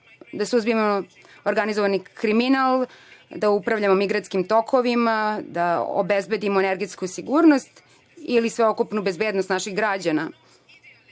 da suzbijemo organizovani kriminal, da upravljamo migrantskim tokovima, da obezbedimo energetsku sigurnost ili sveukupnu bezbednost naših građana. Nije